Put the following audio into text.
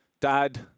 dad